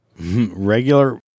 regular